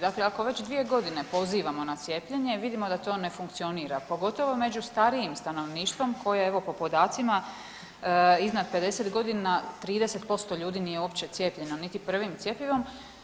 Dakle ako već 2 godine pozivamo na cijepljenje, vidimo da to ne funkcionira, pogotovo među starijim stanovništvom, koje evo, po podacima iznad 50 godina, 30% ljudi nije uopće cijepljeno niti 1. cjepivom.